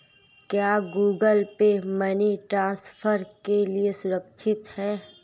क्या Google Pay money transfer के लिए सुरक्षित है?